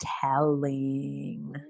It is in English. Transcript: telling